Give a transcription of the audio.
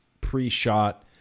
pre-shot